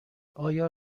آیا